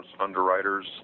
underwriters